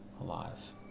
Alive